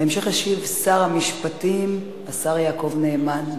בהמשך ישיב שר המשפטים, השר יעקב נאמן.